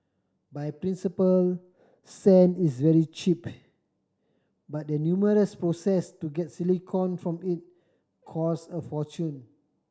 by principle sand is very cheap but the numerous processes to get silicon from it cost a fortune